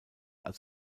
als